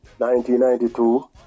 1992